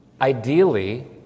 Ideally